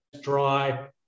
dry